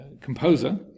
composer